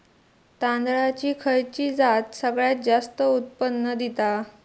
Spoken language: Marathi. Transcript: तांदळाची खयची जात सगळयात जास्त उत्पन्न दिता?